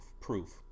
proof